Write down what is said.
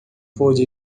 pôde